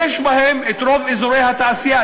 בהן רוב אזורי התעשייה,